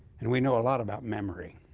and we know a lot about memory.